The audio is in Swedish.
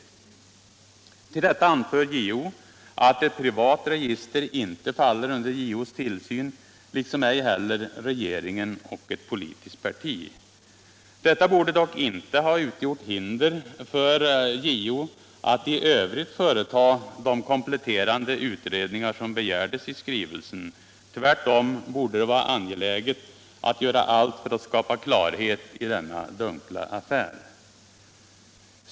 Härtill anför JO atvt ett privat register inte faller under JO:s tillsyn liksom ej heller regeringen och ett politiskt parti. Detta borde dock inte ha utgjort hinder för JO att i övrigt företa de kompletterande utredningar som begirdes i skrivelsen. Tvärtom borde det vara angeläget att göra allt för att skapa klarhet i denna dunkla affär.